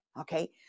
Okay